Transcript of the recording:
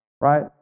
right